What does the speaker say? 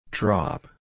Drop